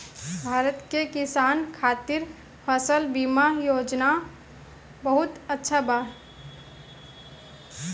भारत के किसान खातिर फसल बीमा योजना बहुत अच्छा बा